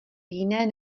jiné